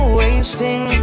wasting